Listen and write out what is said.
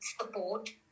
support